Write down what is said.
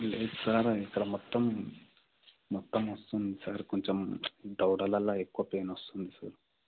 లేదు సార్ ఇక్కడ మొత్తం మొత్తం వస్తుంది సార్ కొంచెం దవడలల్లో ఎక్కువ పెయిన్ వస్తుంది సార్